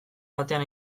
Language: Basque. batean